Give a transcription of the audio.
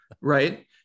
right